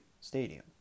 Stadium